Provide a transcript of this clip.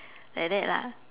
like that lah